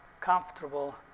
comfortable